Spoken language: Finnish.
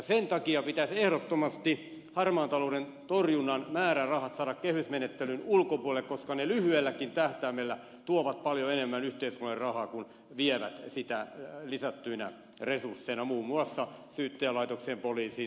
sen takia pitäisi ehdottomasti harmaan talouden torjunnan määrärahat saada kehysmenettelyn ulkopuolelle että ne lyhyelläkin tähtäimellä tuovat paljon enemmän yhteiskunnalle rahaa kuin vievät muun muassa syyttäjälaitokseen poliisiin tulliin ja niin edelleen